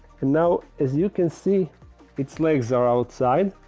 and now as you can see it's legs are outside